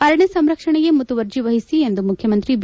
ಅರಣ್ಯ ಸಂರಕ್ಷಣೆಗೆ ಮುತುವರ್ಜಿ ವಹಿಸಿ ಎಂದು ಮುಖ್ಯಮಂತ್ರಿ ಚಿ